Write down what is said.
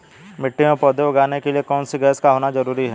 मिट्टी में पौधे उगाने के लिए कौन सी गैस का होना जरूरी है?